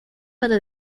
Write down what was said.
para